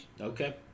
Okay